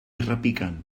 repicant